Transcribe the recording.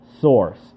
source